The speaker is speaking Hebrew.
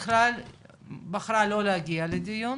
בכלל בחרה לא להגיע לדיון.